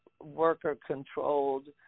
worker-controlled